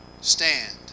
stand